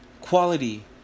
quality